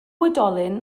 oedolyn